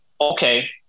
Okay